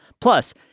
Plus